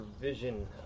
vision